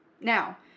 Now